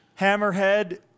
Hammerhead